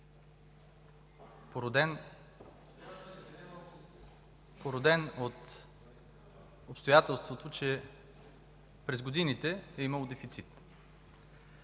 породен от обстоятелството, че през годините е имало дефицит.